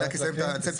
אני רק אסיים את ההגדרה,